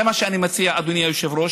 זה מה שאני מציע, אדוני היושב-ראש.